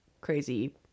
crazy